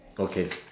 okay